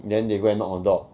then they go and knock on door